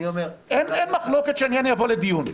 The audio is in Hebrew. אין מחלוקת שהעניין יבוא לדיון.